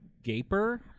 Gaper